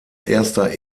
erster